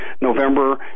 November